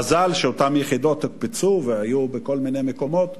מזל שאותן יחידות הוקפצו והיו בכל מיני מקומות.